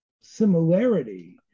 similarity